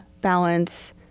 balance